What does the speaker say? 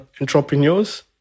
entrepreneurs